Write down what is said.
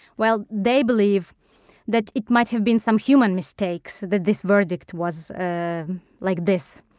well, they believe that it might have been some human mistakes that this verdict was ah like this.